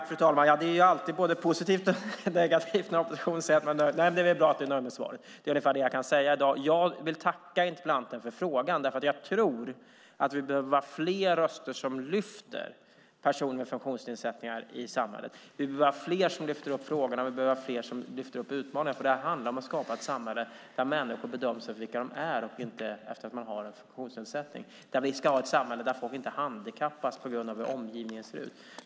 Fru talman! Det är alltid både positivt och negativt när oppositionen säger att man är nöjd. Det är bra att du är nöjd med svaret, Jan Lindholm. Det är ungefär vad jag kan säga i dag. Jag vill tacka interpellanten för frågan. Jag tror att vi behöver vara fler röster som lyfter fram personer med funktionsnedsättningar i samhället. Vi behöver vara fler som lyfter upp frågorna, och vi behöver vara fler som lyfter upp utmaningarna. Det handlar om att skapa ett samhälle där människor bedöms efter vilka de är och inte efter att de har en funktionsnedsättning. Vi ska ha ett samhälle där folk inte handikappas på grund av hur omgivningen ser ut.